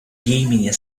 йемене